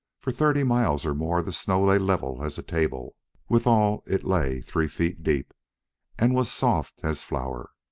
for thirty miles or more the snow lay level as a table withal it lay three feet deep and was soft as flour.